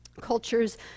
Cultures